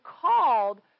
called